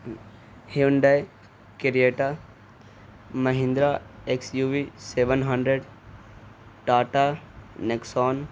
Hyundai Creta Mahindra X U V seven hundred Tata Nexon